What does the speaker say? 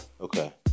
Okay